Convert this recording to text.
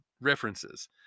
references